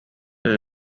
his